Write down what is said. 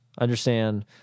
Understand